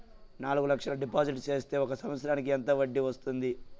నాలుగు లక్షల డిపాజిట్లు సేస్తే ఒక సంవత్సరానికి ఎంత వడ్డీ వస్తుంది?